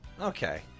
Okay